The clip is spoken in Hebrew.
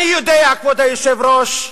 אני יודע, כבוד היושב-ראש,